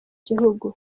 gihugu